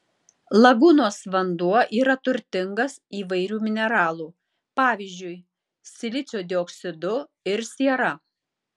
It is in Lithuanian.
lagūnos vanduo yra turtingas įvairių mineralų pavyzdžiui silicio dioksidu ir siera